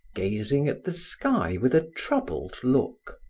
gazing at the sky with a troubled look.